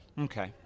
Okay